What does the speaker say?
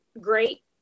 great